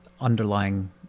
underlying